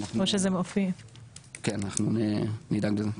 כן, אנחנו נדאג לזה.